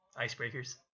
icebreakers